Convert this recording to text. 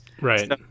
right